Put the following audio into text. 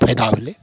फायदा होलय